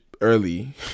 early